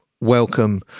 welcome